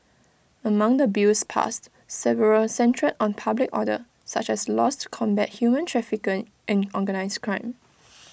among the bills passed several centred on public order such as laws to combat human trafficking and organised crime